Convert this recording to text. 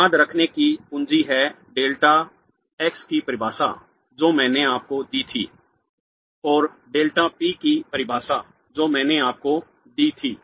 याद रखने की कुंजी है डेल्टा x की परिभाषा जो मैंने आपको दी थी और डेल्टा पी की परिभाषा जो मैंने आपको दी थी